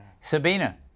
Sabina